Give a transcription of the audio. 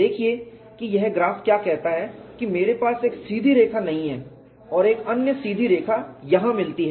देखिए कि यह ग्राफ़ क्या कहता है कि मेरे पास एक सीधी रेखा नहीं है और एक अन्य सीधी रेखा यहाँ मिलती है